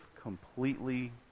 completely